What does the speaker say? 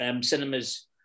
Cinemas